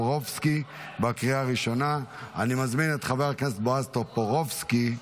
לקריאה הראשונה, של חבר הכנסת בועז טופורובסקי.